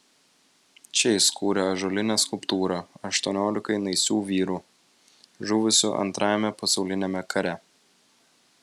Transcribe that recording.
čia jis kūrė ąžuolinę skulptūrą aštuoniolikai naisių vyrų žuvusių antrajame pasauliniame kare